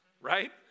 right